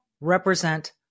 represent